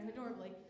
adorably